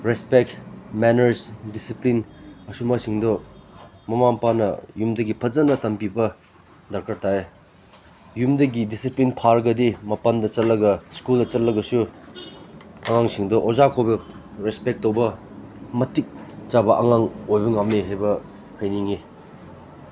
respect manners discipline ꯑꯁꯨꯝꯕꯁꯤꯡꯗꯣ ꯃꯃꯥ ꯃꯄꯥꯅ ꯌꯨꯝꯗꯒꯤ ꯐꯖꯅ ꯇꯝꯕꯤꯕ ꯗꯔꯀꯥꯔ ꯇꯥꯏꯌꯦ ꯌꯨꯝꯗꯒꯤ ꯗꯤꯁꯤꯄ꯭ꯂꯤꯟ ꯐꯔꯒꯗꯤ ꯃꯄꯥꯟꯗ ꯆꯠꯂꯒ ꯁ꯭ꯀꯨꯜꯗ ꯆꯠꯂꯕꯁꯨ ꯑꯉꯥꯡꯁꯤꯡꯗꯨ ꯑꯣꯖꯥ ꯐꯥꯎꯕ ꯔꯦꯁꯄꯦꯛ ꯇꯧꯕ ꯃꯇꯤꯛꯆꯥꯕ ꯑꯉꯥꯡ ꯑꯣꯏꯕ ꯉꯝꯃꯦ ꯍꯥꯏꯕ ꯍꯥꯏꯅꯤꯡꯉꯦ